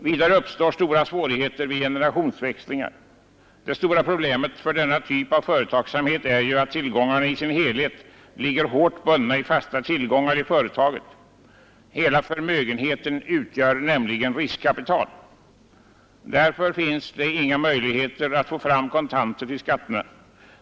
Vidare uppstår stora svårigheter vid generationsväxlingar. Det stora problemet för denna typ av företagsamhet är ju att tillgångarna i sin helhet ligger hårt bundna i fasta värden i företaget. Hela förmögenheten utgör nämligen riskkapital. Därför finns det inga möjligheter att få fram kontanter till skatterna.